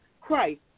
Christ